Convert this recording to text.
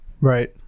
right